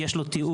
יש לו תיעוד?